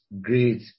Great